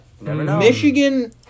Michigan